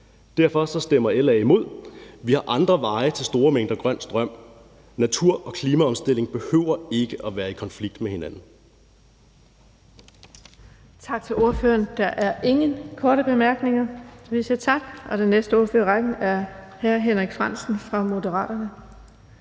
Derfor stemmer LA imod. Vi har andre veje til store mængder grøn strøm. Natur og klimaomstilling behøver ikke at være i konflikt med hinanden.